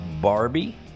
Barbie